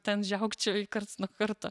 ten žiaukčioju karts nuo karto